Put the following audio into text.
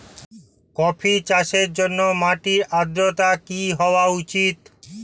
Coffee চাষের জন্য মাটির আর্দ্রতা কি হওয়া উচিৎ?